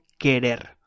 querer